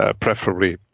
preferably